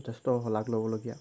যথেষ্ট শলাগ ল'বলগীয়া